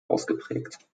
ausgeprägt